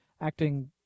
acting